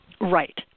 right